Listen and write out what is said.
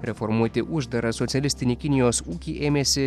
reformuoti uždarą socialistinį kinijos ūkį ėmėsi